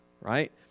right